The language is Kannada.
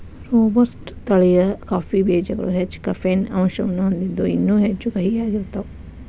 ರೋಬಸ್ಟ ತಳಿಯ ಕಾಫಿ ಬೇಜಗಳು ಹೆಚ್ಚ ಕೆಫೇನ್ ಅಂಶವನ್ನ ಹೊಂದಿದ್ದು ಇನ್ನೂ ಹೆಚ್ಚು ಕಹಿಯಾಗಿರ್ತಾವ